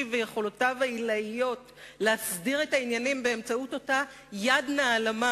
ויכולותיו העילאיות להסדיר את העניינים באמצעות אותה יד נעלמה,